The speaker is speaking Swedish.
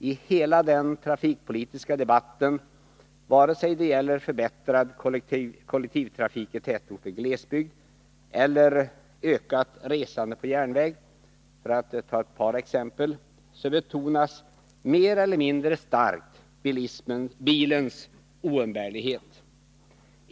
I hela den trafikpolitiska debatten — vare sig den gäller förbättrad kollektivtrafik i tätort och glesbygd eller ökat resande på järnväg, för att ta ett par exempel — betonas mer eller mindre starkt bilens oumbärlighet.